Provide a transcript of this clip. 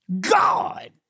God